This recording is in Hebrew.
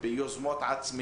יוזמות עצמיות.